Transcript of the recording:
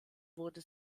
wurde